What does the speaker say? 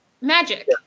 magic